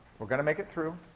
we're going to make it through.